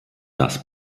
das